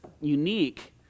unique